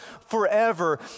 forever